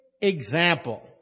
example